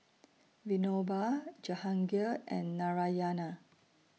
Vinoba Jehangirr and Narayana